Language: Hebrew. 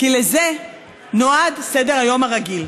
לזה נועד סדר-היום הרגיל,